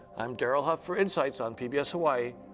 i'm daryl huff for insights on pbs hawai'i